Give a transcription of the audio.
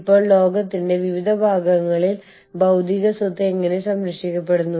ഇവിടെ അതായത് സ്വദേശിയും വിദേശികളും ആയ പൌരന്മാരുണ്ട്